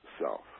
self